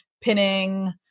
pinning